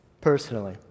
personally